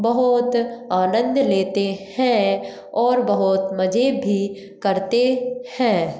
बहुत आनंद लेते हैं और बहुत मज़े भी करते हैं